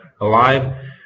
alive